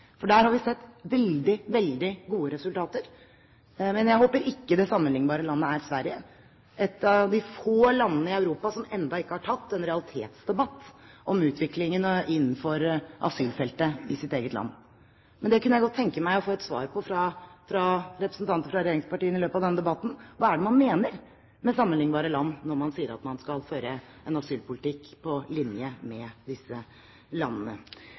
for der har vi sett veldig, veldig gode resultater. Jeg håper ikke det sammenlignbare landet er Sverige, som er et av de få landene i Europa som ennå ikke har tatt en realitetsdebatt om utviklingen innenfor asylfeltet i sitt eget land. Men det kunne jeg godt tenke meg å få et svar på fra representanter fra regjeringspartiene i løpet av denne debatten: Hva er det man mener med «sammenlignbare land», når man sier at man skal føre en asylpolitikk på linje med disse landene?